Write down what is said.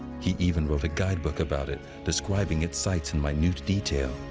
he even wrote a guide book about it, describing its sites in minute detail.